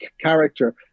character